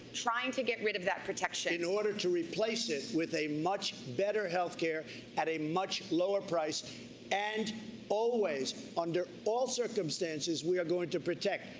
trying to get rid of that protection. in order to replace it with a much better health care at a much lower price and always, under all circumstances, we are going to protect.